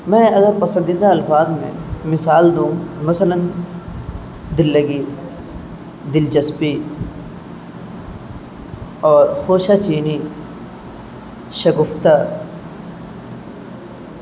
میں اگر پسندیدہ الفاظ میں مثال دوں مثلاً دللگی دلچسپی اور خوشا چینی شگفتہ اور